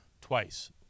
twice